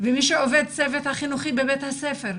ומי שהוא בצוות החינוכי בבית הספר.